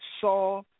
saw